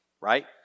right